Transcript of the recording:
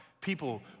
people